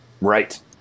right